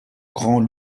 grand